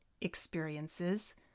experiences